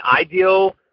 ideal